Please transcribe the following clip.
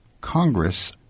Congress